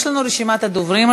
יש לנו רשימת דוברים,